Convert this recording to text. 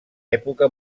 època